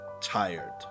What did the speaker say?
tired